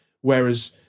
whereas